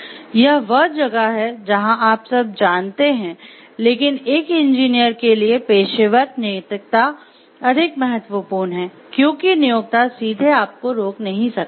यह वह जगह है जहां आप सब जानते हैं लेकिन एक इंजीनियर के लिए पेशेवर नैतिकता अधिक महत्वपूर्ण है क्योंकि नियोक्ता सीधे आपको रोक नहीं सकता है